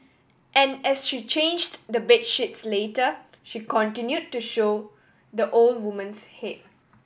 and as she changed the bed sheets later she continued to show the old woman's head